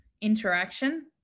interaction